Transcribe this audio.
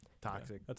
Toxic